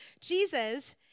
Jesus